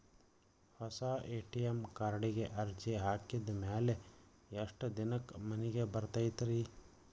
ಹೊಸಾ ಎ.ಟಿ.ಎಂ ಕಾರ್ಡಿಗೆ ಅರ್ಜಿ ಹಾಕಿದ್ ಮ್ಯಾಲೆ ಎಷ್ಟ ದಿನಕ್ಕ್ ಮನಿಗೆ ಬರತೈತ್ರಿ?